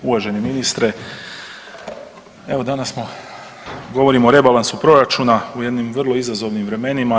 Uvaženi ministre, evo danas smo, govorimo o rebalansu proračuna, u jednim vrlo izazovnim vremenima.